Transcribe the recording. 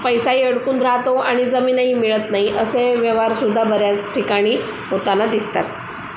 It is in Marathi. पैसाही अडकून राहतो आणि जमीनही मिळत नाही असे व्यवहारसुद्धा बऱ्याच ठिकाणी होताना दिसतात